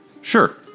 Sure